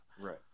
Right